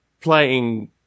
playing